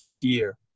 year